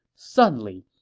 suddenly,